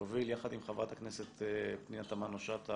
שהוביל יחד עם חברת הכנסת פנינה תמנו שטה